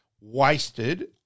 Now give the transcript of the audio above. wasted